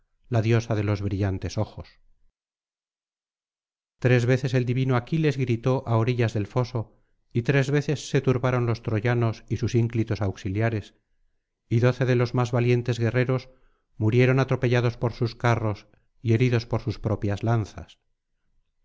la diosa de los brillantes ojos tres veces el divino aquiles gritó á orillas del foso y tres veces se turbaron los troyanos y sus ínclitos auxiliares y doce de los más valientes guerreros murieron atropellados por sus carros y heridos por sus propias lanzas